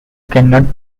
cannot